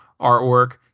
artwork